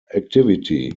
activity